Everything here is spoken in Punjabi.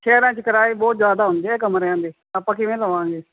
ਸ਼ਹਿਰਾਂ 'ਚ ਕਰਾਏ ਬਹੁਤ ਜ਼ਿਆਦਾ ਹੁੰਦੇ ਹੈ ਕਮਰਿਆਂ ਦੇ ਆਪਾਂ ਕਿਵੇਂ ਲਵਾਂਗੇ